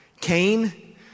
Cain